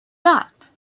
that